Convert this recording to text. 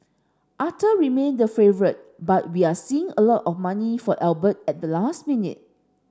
Arthur remain the favourite but we're seeing a lot of money for Albert at the last minute